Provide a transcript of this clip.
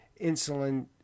insulin